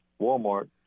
Walmart